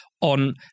on